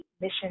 mission